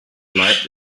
bleibt